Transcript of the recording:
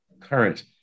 current